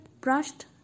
brushed